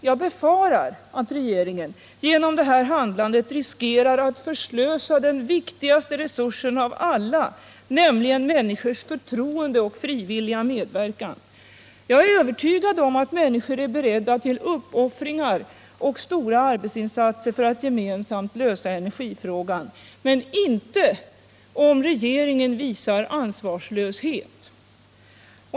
Jag befarar att regeringen genom det här handlandet riskerar att förslösa den viktigaste resursen av alla, nämligen människors förtroende och frivilliga medverkan. Jag är övertygad om att människor är beredda till uppoffringar och stora arbetsinsatser för att gemensamt lösa energifrågan, men inte om regeringen visar ansvarslöshet.